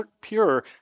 pure